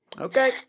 Okay